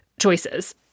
choices